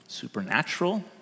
Supernatural